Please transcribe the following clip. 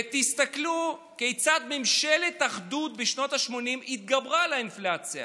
ותסתכלו כיצד ממשלת האחדות בשנות השמונים התגברה על האינפלציה,